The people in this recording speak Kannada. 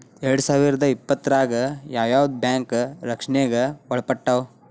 ಎರ್ಡ್ಸಾವಿರ್ದಾ ಇಪ್ಪತ್ತ್ರಾಗ್ ಯಾವ್ ಯಾವ್ ಬ್ಯಾಂಕ್ ರಕ್ಷ್ಣೆಗ್ ಒಳ್ಪಟ್ಟಾವ?